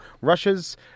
Russia's